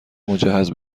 مجهز